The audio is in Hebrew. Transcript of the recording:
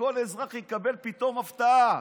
כל אזרח יקבל פתאום הפתעה,